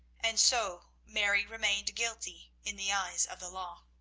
and so mary remained guilty in the eyes of the law.